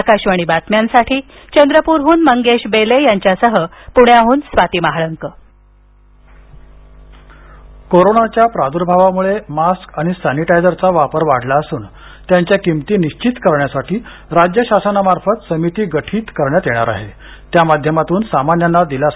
आकाशवाणी बातम्यांसाठी चंद्रपूरहून मंगेश ढोले टोपे कोरोनाच्या प्रादु्भावामुळे मास्क आणि सॅनिटायजरचा वापर वाढला असून त्यांच्या किंमती निश्चित करण्यासाठी राज्य शासनामार्फत समिती गठीत करण्यात येणार आहेत्यामाध्यमातून सामान्यांना दिलासा